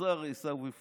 השר עיסאווי פריג'.